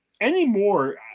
anymore